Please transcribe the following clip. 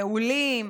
בהולים?